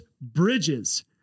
bridges